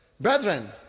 Brethren